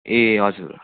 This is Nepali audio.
ए हजुर